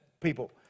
people